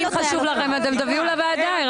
אם חשוב לכם, אתם תביאו לוועדה.